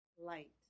light